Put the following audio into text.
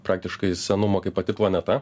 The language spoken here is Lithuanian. praktiškai senumo kaip pati planeta